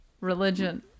Religion